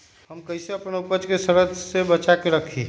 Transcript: हम कईसे अपना उपज के सरद से बचा के रखी?